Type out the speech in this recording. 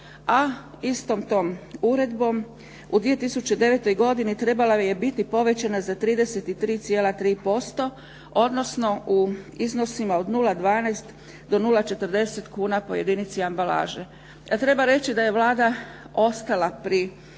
a istom tom uredbom u 2009. godini trebala je biti povećana za 33,3% odnosno u iznosima od 0,12 do 0,40 kuna po jedinici ambalaže. Treba reći da je Vlada ostala pri